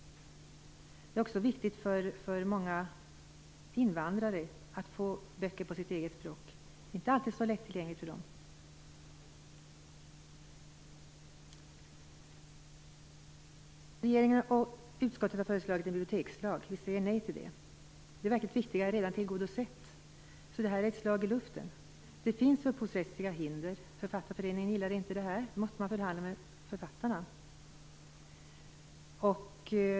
Det är också viktigt för många invandrare att få böcker på sitt eget språk. Det är inte alltid så lättillgängligt för dem. Regeringen och utskottet har föreslagit en bibliotekslag. Vi säger nej till den. Det verkligt viktiga är redan tillgodosett. Det här är ett slag i luften. Det finns upphovsrättsliga hinder. Författarföreningen gillar inte det här, man måste förhandla med författarna.